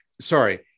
sorry